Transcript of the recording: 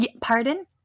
Pardon